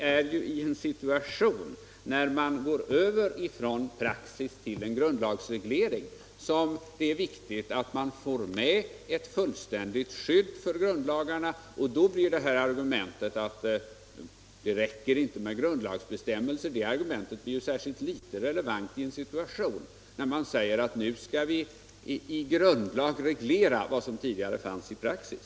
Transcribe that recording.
I en situation där man går över från praxis till en grundlagsreglering är det viktigt att man får ett fullständigt skydd för grundlagarna. Argumentet att det inte räcker med grundlagsbestämmelser blir ju särskilt litet relevant i en situation där man säger att vi nu i grundlag skall reglera vad som tidigare funnits bara i praxis.